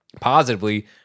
positively